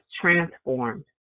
transformed